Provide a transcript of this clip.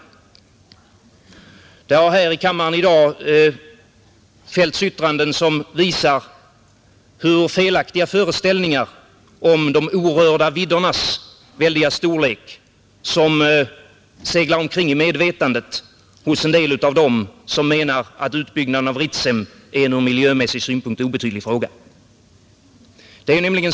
Det har i kammaren i dag fällts yttranden som visar hur felaktiga föreställningar om de orörda viddernas väldiga storlek som föresvävar en del av dem som menar att utbyggnaden av Ritsem är en från miljösynpunkt obetydlig fråga.